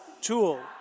tool